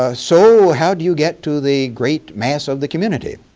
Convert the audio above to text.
ah so how do you get to the great mass of the community?